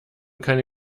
keine